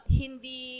hindi